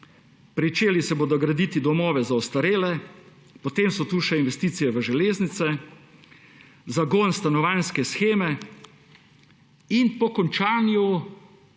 pričeli se bodo graditi domovi za ostarele, potem so tu še investicije v železnice, zagon stanovanjske sheme in po končanju